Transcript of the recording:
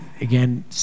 again